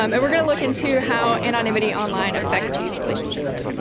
um and we're going to look into how anonymity online affects these relationships.